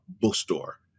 bookstore